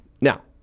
Now